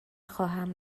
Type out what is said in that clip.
خواهم